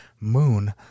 Moon